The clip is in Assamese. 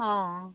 অঁ